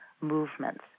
movements